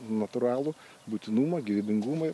natūralų būtinumą gyvybingumui